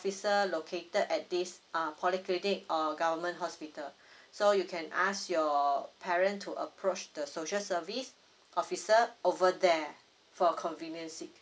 located at these err polyclinic or government hospital so you can ask your parent to approach the social service officer over there for convenience sake